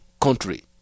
country